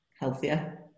healthier